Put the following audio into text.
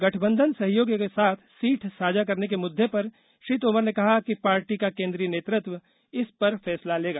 गठबंधन सहयोगियों के साथ सीट साझा करने के मुद्दे पर श्री तोमर ने कहा कि पार्टी का केंद्रीय नेतृत्व इस पर फैसला लेगा